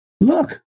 Look